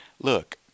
look